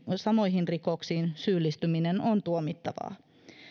samoihin rikoksiin syyllistyminen on tuomittavaa